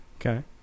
Okay